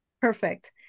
Perfect